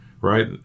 right